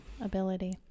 ability